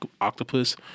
octopus